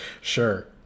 sure